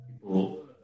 people